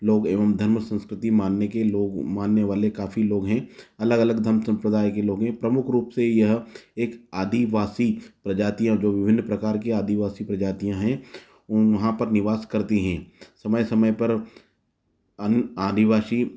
लोग एवं धर्म संस्कृति मनाने के लोग मानने वाले काफ़ी लोग है अलग अलग धर्म सम्प्रदाय के लोग है प्रमुख रूप से यह एक आदिवासी प्रजातीय जो विभिन्न प्रकार के आदिवासी प्रजातियाँ है वहाँ पर निवास करती हैं समय समय पर अन्य आदिवासी